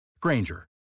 Granger